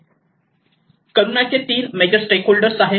3 किरुनाचे major stakeholder आहेत